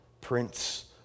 Prince